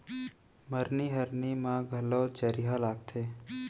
मरनी हरनी म घलौ चरिहा लागथे